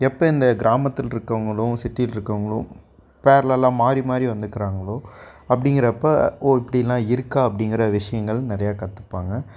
எப்போ இந்த கிராமத்தில் இருக்கிறவங்களும் சிட்டியில் இருக்கிறவங்களும் பேர்லல்லா மாதிரி மாதிரி வந்துக்கிறாங்களோ அப்படிங்கறப்ப ஓ இப்படில்லாம் இருக்கா அப்படிங்குற விஷயங்கள் நிறையா கற்றுப்பாங்க